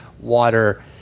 water